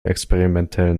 experimentellen